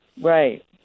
right